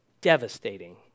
devastating